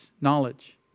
knowledge